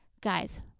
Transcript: Guys